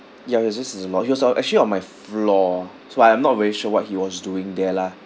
ya he was just as annoyed uh he was uh actually on my f~ floor so I am not very sure what he was doing there lah